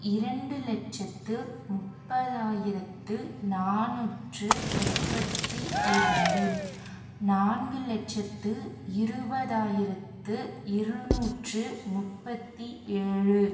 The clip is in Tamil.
இரண்டு லட்சத்து முப்பதாயிரத்து நானூற்று முப்பத்தி இரண்டு நான்கு லட்சத்து இருபதாயிரத்து இருநூற்று முப்பத்தி ஏழு